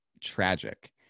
Tragic